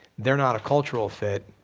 they're not a cultural fit,